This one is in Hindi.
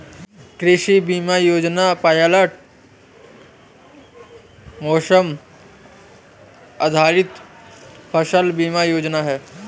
कृषि बीमा योजना पायलट मौसम आधारित फसल बीमा योजना है